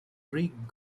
greek